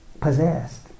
possessed